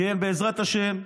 בעזרת השם.